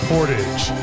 Portage